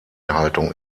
haltung